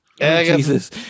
Jesus